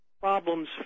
problems